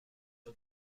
این